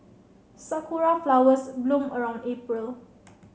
sakura flowers bloom around April